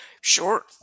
Sure